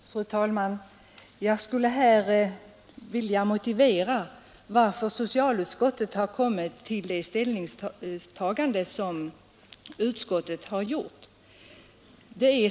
anhörig om dödsfall Fru talman! Jag skulle något vilja motivera varför socialutskottet har på sjukvårdsinrättning kommit till det ställningstagande som det har gjort.